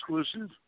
exclusive